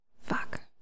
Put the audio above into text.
Fuck